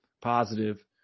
positive